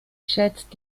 schätzt